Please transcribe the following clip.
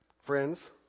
Friends